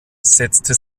setzte